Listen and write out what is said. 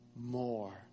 more